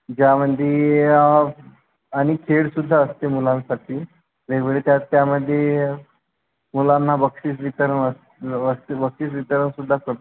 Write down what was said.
ज्यामध्ये अनेक खेळसुद्धा असते मुलांसाठी वेगवेगळे त्या त्यामध्ये मुलांना बक्षीस वितरण अस् असते बक्षीस वितरणसुद्धा करत्